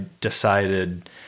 decided